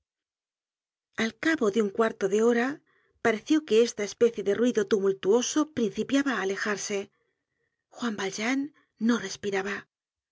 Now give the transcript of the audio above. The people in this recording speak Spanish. al cabo de un cuarto de hora pareció que esta especie de ruido tumultuoso principiaba á alejarse juan valjean no respiraba